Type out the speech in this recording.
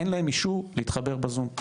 אין להם אישור להתחבר בזום,